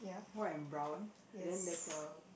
white and brown and then there's a